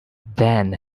then